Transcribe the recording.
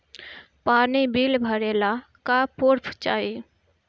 पानी बिल भरे ला का पुर्फ चाई?